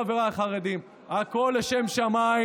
חבריי החרדים: הכול לשם שמיים,